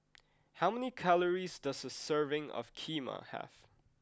how many calories does a serving of Kheema have